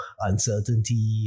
uncertainty